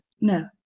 No